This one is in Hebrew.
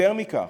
יותר מכך,